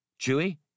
Chewie